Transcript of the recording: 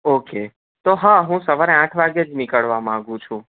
okay તો હા હું સવારે આઠ વાગે જ નિકળવા માંગુ છું